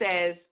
says